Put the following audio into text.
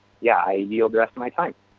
yeah yield the rest of my time.